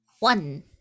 One